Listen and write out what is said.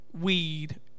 weed